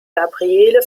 gabriele